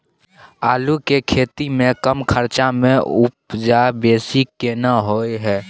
आलू के खेती में कम खर्च में उपजा बेसी केना होय है?